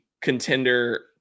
contender